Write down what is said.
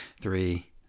three